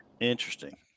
Interesting